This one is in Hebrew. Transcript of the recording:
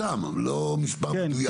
סתם, לא מספר מדויק.